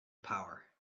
power